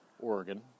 Oregon